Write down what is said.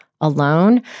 alone